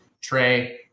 Trey